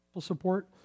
support